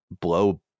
blow